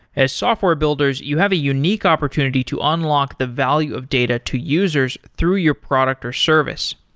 as software builders, you have a unique opportunity to unlock the value of data to users through your product or service.